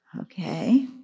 Okay